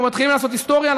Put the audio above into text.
אנחנו מתחילים לעשות היסטוריה.